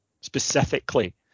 specifically